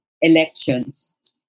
elections